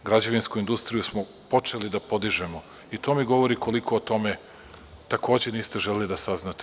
Građevinsku industriju smo počeli da podižemo i to mi govori koliko o tome takođe niste želeli da saznate.